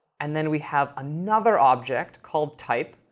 and then we have another object, called type,